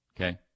Okay